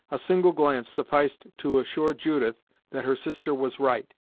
a single glance sufficed to assure judith that her sister was right,